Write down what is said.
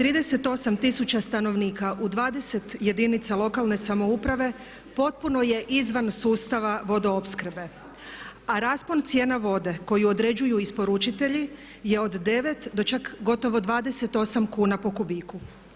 38. tisuća stanovnika u 20 jedinica lokalne samouprave potpuno je izvan sustava vodoopskrbe a raspon cijena vode koju određuju isporučitelji je od 9 do čak gotovo 28 kuna po kubiku.